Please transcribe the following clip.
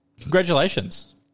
Congratulations